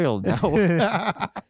now